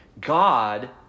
God